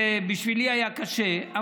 זה בשבילי היה קשה,